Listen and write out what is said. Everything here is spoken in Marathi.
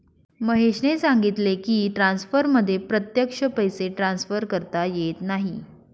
महेशने सांगितले की, ट्रान्सफरमध्ये प्रत्यक्ष पैसे ट्रान्सफर करता येत नाहीत